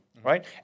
Right